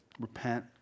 repent